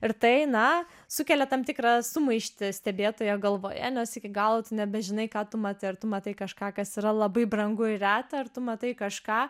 ir tai na sukelia tam tikrą sumaištį stebėtojo galvoje nes iki galo tu nebežinai ką tu matai ar tu matai kažką kas yra labai brangu ir reta ar tu matai kažką